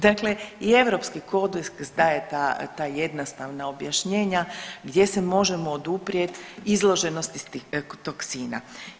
Dakle, i europski kodeks daje ta jednostavna objašnjenja gdje se možemo oduprijeti izloženosti toksina.